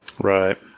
Right